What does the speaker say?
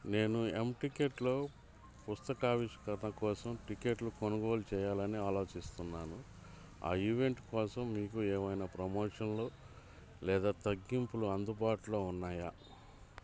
నేను ఎంటికెట్లో పుస్తకావిష్కరణ కోసం టిక్కెట్లు కొనుగోలు చేయాలని ఆలోచిస్తున్నాను ఆ ఈవెంట్ కోసం మీకు ఏవైనా ప్రమోషన్లు లేదా తగ్గింపులు అందుబాటులో ఉన్నాయా